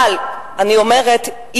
אבל אני אומרת,